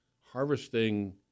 Harvesting—